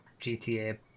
GTA